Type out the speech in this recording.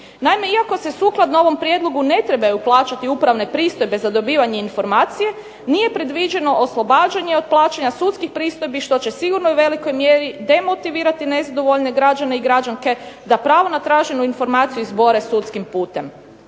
Naime, iako se sukladno ovom prijedlogu ne trebaju plaćati upravne pristojbe za dobivanje informacije nije predviđeno oslobađanje od plaćanje sudskih pristojbi što će sigurno velikoj mjeri demotivirati nezadovoljne građane i građanke da pravo na traženu informaciju izbore sudskim putem.